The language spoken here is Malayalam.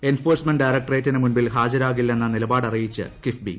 എൻഫോഴ്സ്മെന്റ് ഡ്യറക്ടറേറ്റിന് മുന്നിൽ ന് ഹാജരാകില്ലെന്ന് നിലപാടറിയിച്ച് കിഫ്ബി